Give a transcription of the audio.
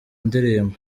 ndirimbo